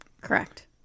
Correct